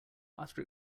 after